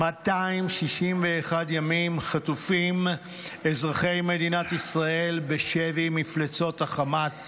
261 ימים חטופים אזרחי מדינת ישראל בשבי מפלצות החמאס